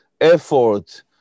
effort